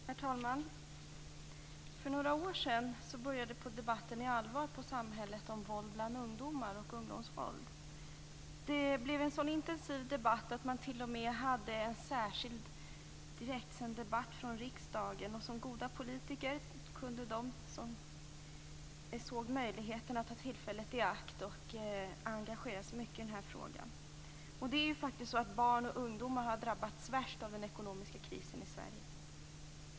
Herr talman! För några år sedan började debatten om ungdomsvåld på allvar i samhället. Det blev en sådan intensiv debatt att man t.o.m. hade en särskild direktsänd debatt från riksdagen. De som såg möjligheten kunde som goda politiker ta tillfället i akt och engagera sig mycket i den här frågan. Barn och ungdomar har ju faktiskt drabbats värst av den ekonomiska krisen i Sverige.